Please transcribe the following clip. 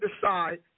decide